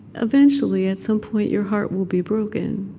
eventually at some point your heart will be broken,